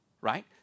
right